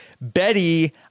Betty